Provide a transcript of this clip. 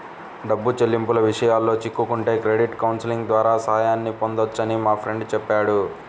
డబ్బు చెల్లింపుల విషయాల్లో చిక్కుకుంటే క్రెడిట్ కౌన్సిలింగ్ ద్వారా సాయాన్ని పొందొచ్చని మా ఫ్రెండు చెప్పాడు